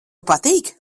patīk